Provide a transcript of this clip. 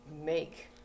make